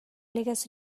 legez